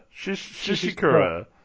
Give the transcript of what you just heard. Shishikura